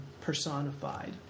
personified